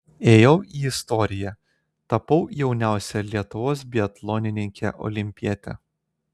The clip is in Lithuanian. įėjau į istoriją tapau jauniausia lietuvos biatlonininke olimpiete